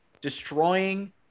destroying